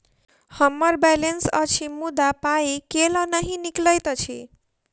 हम्मर बैलेंस अछि मुदा पाई केल नहि निकलैत अछि?